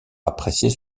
apprécier